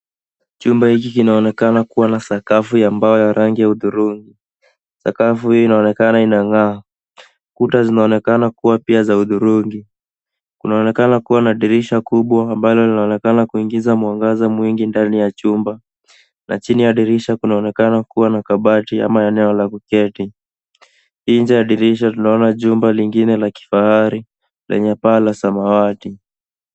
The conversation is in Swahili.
Chumba hiki kinaonekana kuwa na sakafu ya mbao ya rangi ya hudhurungi. Sakafu hii inaonekana inang'aa. Kuta zinaonekana kuwa pia za hudhurungi. Kunaonekana kuwa na dirisha kubwa ambalo linaonekana kuingiza mwangaza mwingi ndani ya chumba na chini ya dirisha kunaonekana kuwa na kabati ama eneo la kuketi. Nje ya dirisha tunaona jumba lingine la kifahari lenye paa la samawati.